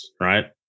right